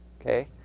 okay